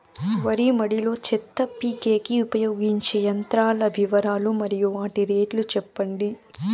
వరి మడి లో చెత్త పీకేకి ఉపయోగించే యంత్రాల వివరాలు మరియు వాటి రేట్లు చెప్పండి?